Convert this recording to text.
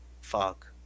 Fuck